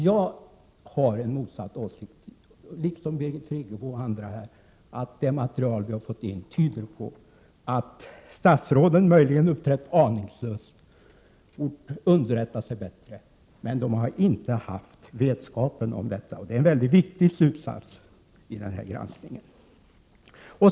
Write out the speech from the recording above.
Jag har en motsatt åsikt, liksom Birgit Friggebo och andra här, nämligen att det material vi har fått in tyder på att statsråden möjligen uppträtt aningslöst och hade bort underrätta sig bättre, men de har inte haft vetskap om det här. Det är en väldigt viktig slutsats av granskningen.